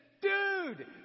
dude